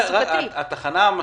התחנה המשמעותית,